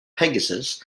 pegasus